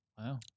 Wow